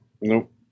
Nope